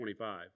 25